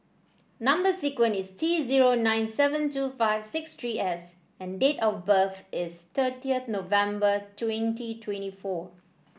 number sequence is T zero nine seven two five six three S and date of birth is thirty November twenty twenty four